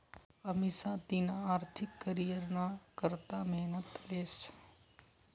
अमिषा तिना आर्थिक करीयरना करता मेहनत लेस